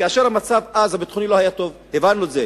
כאשר המצב הביטחוני לא היה טוב, הבנו את זה.